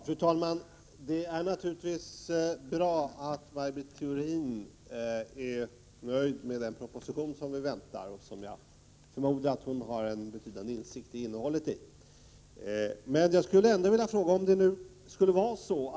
Fru talman! Det är naturligtvis bra att Maj Britt Theorin är nöjd med den proposition som väntas. Hon har förmodligen en betydande insikt i fråga om innehållet i den.